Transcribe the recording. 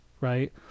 right